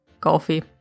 Coffee